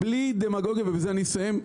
בלי דמגוגיה, ובזה אני אסיים.